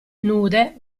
nude